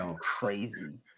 crazy